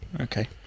okay